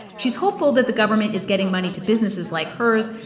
she's hopeful that the government is getting money to businesses like hers,